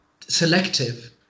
selective